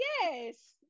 Yes